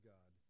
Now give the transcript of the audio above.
God